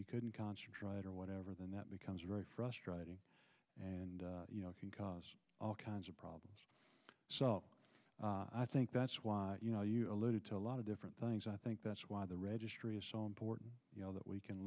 you couldn't concentrate or whatever then that becomes very frustrating and you know it can cause all kinds of problems so i think that's why you know you alluded to a lot of different things i think that's why the registry is so important that we can